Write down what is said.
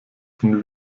von